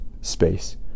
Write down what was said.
space